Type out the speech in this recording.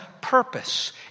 purpose